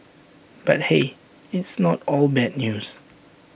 but hey it's not all bad news